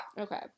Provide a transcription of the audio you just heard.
Okay